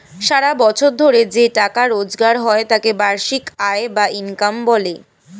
সারা বছর ধরে যে টাকা রোজগার হয় তাকে বার্ষিক আয় বা ইনকাম বলে